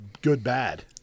good-bad